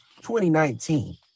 2019